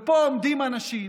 ופה עומדים אנשים,